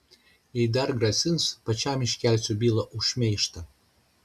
jei dar grasins pačiam iškelsiu bylą už šmeižtą